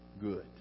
Good